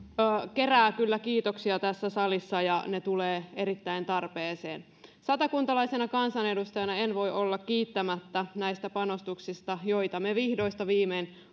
keräävät kyllä kiitoksia tässä salissa ja ne tulevat erittäin tarpeeseen satakuntalaisena kansanedustajana en voi olla kiittämättä näistä panostuksista joita me vihdoista viimein